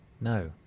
No